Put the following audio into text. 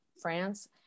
france